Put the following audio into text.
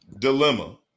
dilemma